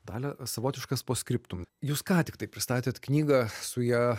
dalia savotiškas post skriptum jūs ką tik tai pristatėt knygą su ja